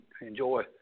enjoy